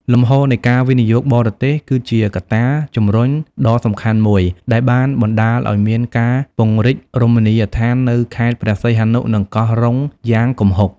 លំហូរនៃការវិនិយោគបរទេស គឺជាកត្តាជំរុញដ៏សំខាន់មួយទៀតដែលបានបណ្ដាលឲ្យមានការពង្រីករមណីយដ្ឋាននៅខេត្តព្រះសីហនុ និងកោះរ៉ុងយ៉ាងគំហុក។